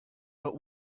but